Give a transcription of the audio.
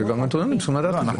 הנוטריונים צריכים לדעת.